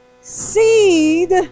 Seed